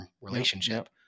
relationship